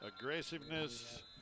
aggressiveness